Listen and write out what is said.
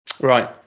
Right